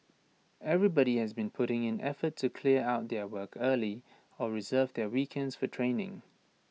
everybody has been putting in effort to clear out their work early or reserve their weekends for training